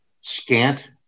scant